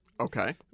Okay